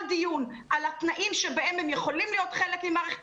כל דיון על התנאים שבהם הם יכולים להיות חלק ממערכת